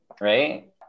right